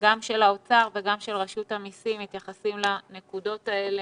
גם של האוצר וגם של רשות המסים שיתייחסו לנקודות האלה.